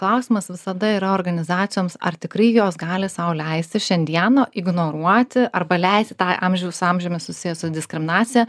klausimas visada ir organizacijoms ar tikrai jos gali sau leisti šiandieną ignoruoti arba leisti tą amžiaus amžiumi susijusią diskriminaciją